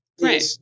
Right